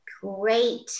great